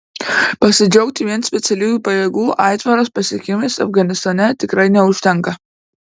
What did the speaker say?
pasidžiaugti vien specialiųjų pajėgų aitvaras pasiekimais afganistane tikrai neužtenka